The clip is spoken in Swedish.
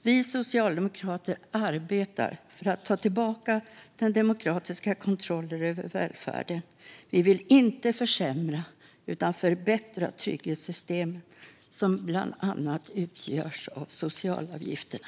Vi socialdemokrater arbetar för att ta tillbaka den demokratiska kontrollen över välfärden. Vi vill inte försämra utan förbättra trygghetssystemen, som bland annat utgörs av socialavgifterna.